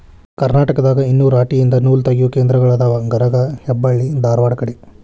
ಕರ್ನಾಟಕದಾಗ ಇನ್ನು ರಾಟಿ ಯಿಂದ ನೂಲತಗಿಯು ಕೇಂದ್ರಗಳ ಅದಾವ ಗರಗಾ ಹೆಬ್ಬಳ್ಳಿ ಧಾರವಾಡ ಕಡೆ